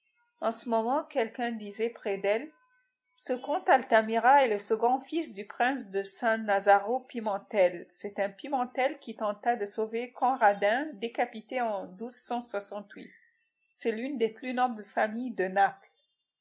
en ce moment quelqu'un disait près d'elle ce comte altamira est le second fils du prince de san nazaro pimentel c'est un pimentel qui tenta de sauver conradin décapité en c'est l'une des plus nobles familles de naples